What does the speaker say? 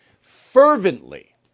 fervently